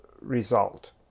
result